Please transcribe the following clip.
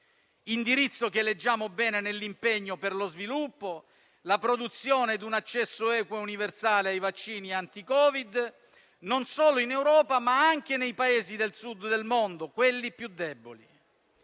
indirizzo che leggiamo bene nell'impegno per lo sviluppo e la produzione di un accesso equo ed universale ai vaccini anti-Covid-19, non solo in Europa, ma anche nei Paesi del Sud del mondo, quelli più deboli.